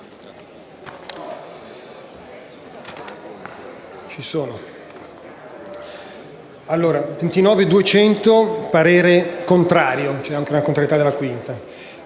29.300 e parere contrario